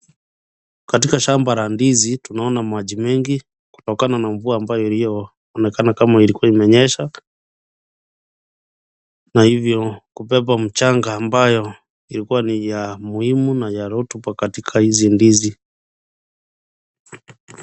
Katika shamba la ndizi tunaona maji mengi kutokana na mvua ambayo iliyoonekana kama ilikua imenyesha, na hivyo kubeba mchanga ambayo ilikua ni ya muhimu na rotuba katika hizi ndizi.